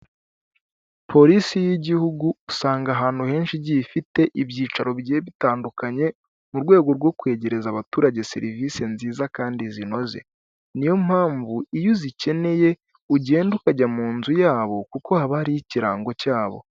Polisi y'igihugu usanga ahantu henshi igiye ifite ibyicaro bigiye bitandukanye, mu rwego rwo kwegereza abaturage serivise nziza kandi zinoze. Ni yo mpamvu iyo uzikeneye ugenda ukajya mu nzu yabo, kuko haba hariho ikirango cyabo.